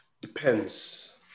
Depends